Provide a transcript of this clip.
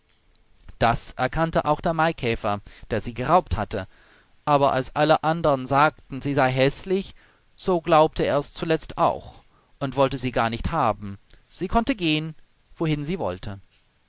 das erkannte auch der maikäfer der sie geraubt hatte aber als alle anderen sagten sie sei häßlich so glaubte er es zuletzt auch und wollte sie gar nicht haben sie konnte gehen wohin sie wollte